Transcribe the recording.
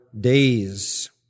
days